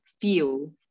feel